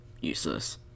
useless